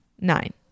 Nine